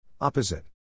Opposite